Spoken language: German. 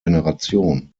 generation